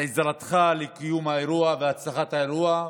על עזרתך לקיום האירוע והצלחת האירוע.